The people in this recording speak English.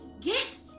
Get